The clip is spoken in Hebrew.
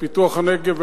פיתוח הנגב והגליל,